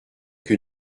que